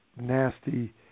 nasty